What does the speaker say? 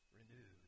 renewed